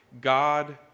God